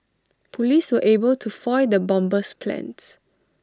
Police were able to foil the bomber's plans